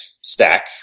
stack